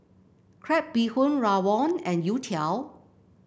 Crab Bee Hoon rawon and youtiao